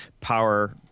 power –